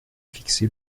fixé